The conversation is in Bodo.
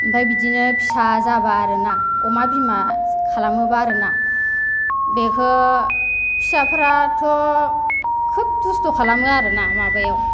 ओमफ्राय बिदिनो फिसा जाबा आरोना अमा बिमा खालामोबा आरोना बेखौ फिसाफोराथ' खोब दुस्थ' खालामो आरोना माबायाव